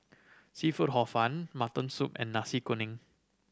seafood Hor Fun mutton soup and Nasi Kuning